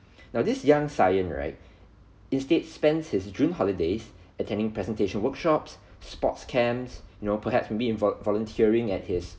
now this young scion right instead spends his june holidays attending presentation workshops sports camps you know perhaps maybe volun~ volunteering at his